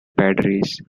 padres